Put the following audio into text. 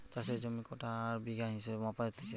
চাষের জমি কাঠা আর বিঘা হিসেবে মাপা হতিছে